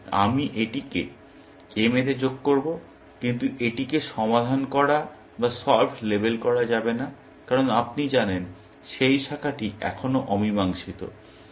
সুতরাং আমি এটিকে m তে যোগ করব কিন্তু এটিকে সমাধান করা বা সল্ভড লেবেল করা যাবে না কারণ আপনি জানেন সেই শাখাটি এখনও অমীমাংসিত